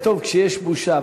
זה טוב כשיש בושה,